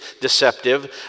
deceptive